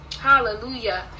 Hallelujah